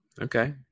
Okay